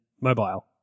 mobile